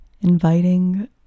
inviting